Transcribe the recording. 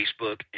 Facebook